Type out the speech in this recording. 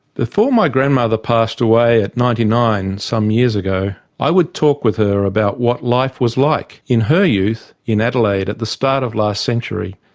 before my grandmother passed away at ninety nine some years ago, i would talk with her about what life was like in her youth in adelaide at the start of last century.